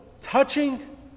touching